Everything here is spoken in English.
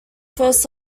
first